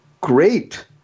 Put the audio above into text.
great